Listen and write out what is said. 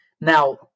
Now